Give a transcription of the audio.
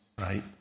right